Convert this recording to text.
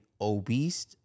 obese